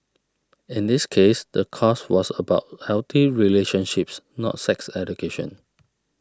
in this case the course was about healthy relationships not sex education